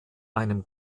einem